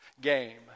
game